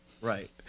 right